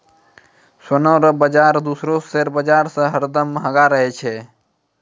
सोना रो बाजार दूसरो शेयर बाजार से हरदम महंगो रहै छै